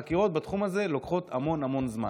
פעמים החקירות בתחום זה לוקחות המון המון זמן.